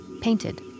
painted